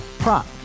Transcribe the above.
Prop